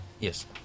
yes